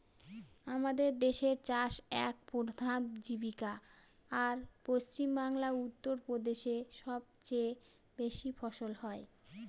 আমাদের দেশের চাষ এক প্রধান জীবিকা, আর পশ্চিমবাংলা, উত্তর প্রদেশে সব চেয়ে বেশি ফলন হয়